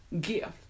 gift